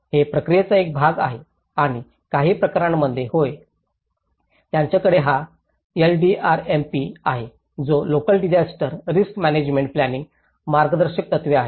ते प्रक्रियेचा एक भाग आहेत आणि काही प्रकरणांमध्ये होय त्यांच्याकडे हा एलडीआरएमपी आहे जो local disaster risk management planning मार्गदर्शक तत्त्वे आहे